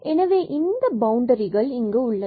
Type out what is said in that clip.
எனவே இந்த பவுண்டரிகள் உள்ளது